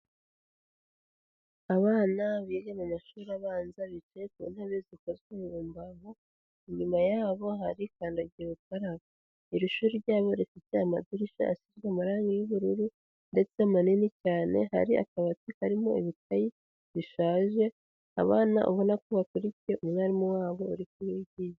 Abana biga mu mashuri abanza bicaye ku ntebe zikozwe mu mbaho inyuma yabo hari kandagira ukarabe, iri shuri ryabo rifite amadirishya asize amarangi y'ubururu ndetse manini cyane hari akabati karimo ibikayi bishaje, abana ubona ko bakurikiye umwarimu wabo uri kubigisha.